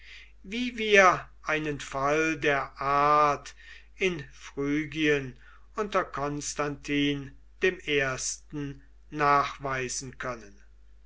wie wir einen fall der art in phrygien unter konstantin i nachweisen können